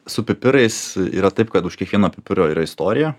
su pipirais yra taip kad už kiekvieno pipiro yra istorija